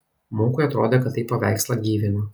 munkui atrodė kad tai paveikslą gyvina